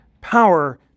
power